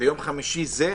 ביום חמישי זה?